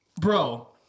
bro